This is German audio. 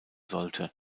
sollte